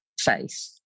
faith